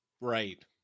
Right